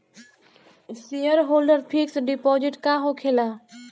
Shareholder fix deposit का होखे ला?